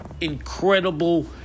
incredible